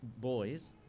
boys